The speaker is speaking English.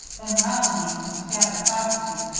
then rallying his scattered faculties,